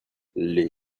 les